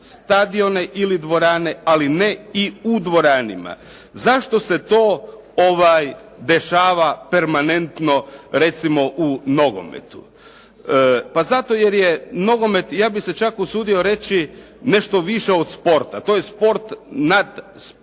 stadione ili dvorane ali ne i u dvoranama. Zašto se to dešava permanentno recimo u nogometu? Pa zato jer je nogomet, ja bih se čak usudio reći nešto više od sporta. To je sport nad sportovima